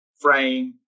frame